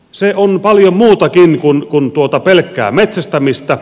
se on paljon muutakin kuin pelkkää metsästämistä